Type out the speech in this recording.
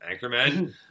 Anchorman